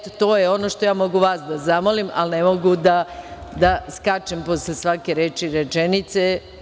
To je ono što ja mogu vas da zamolim, ali ne mogu da skačem posle svake reči i rečenice.